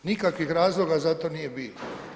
Nikakvih razloga za to nije bilo.